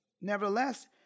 Nevertheless